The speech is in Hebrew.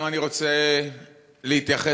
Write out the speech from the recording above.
גם אני רוצה להתייחס,